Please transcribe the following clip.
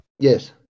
Yes